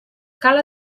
cal